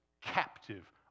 captive